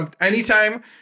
anytime